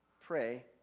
pray